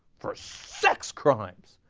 for sex crimes.